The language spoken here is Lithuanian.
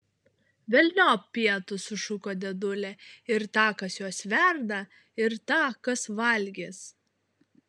velniop pietus sušuko dėdulė ir tą kas juos verda ir tą kas valgys